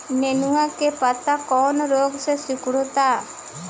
नेनुआ के पत्ते कौने रोग से सिकुड़ता?